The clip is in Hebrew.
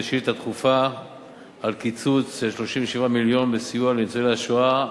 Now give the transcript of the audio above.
בשאילתא דחופה על קיצוץ של 37 מיליון בסיוע לניצולי השואה,